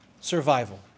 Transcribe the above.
survival